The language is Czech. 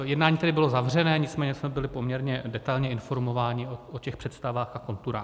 Jednání tedy bylo zavřené, nicméně jsme byli poměrně detailně informováni o těch představách a konturách.